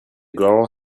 girl